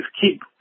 keep